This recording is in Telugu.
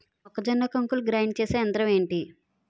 మొక్కజొన్న కంకులు గ్రైండ్ చేసే యంత్రం ఏంటి?